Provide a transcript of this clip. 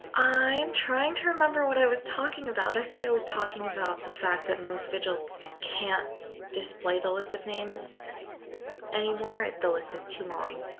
i'm trying to remember what i was talking about. i think i was talking about the fact that most vigils can't display the list of names anymore, the list is too long.